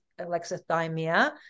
alexithymia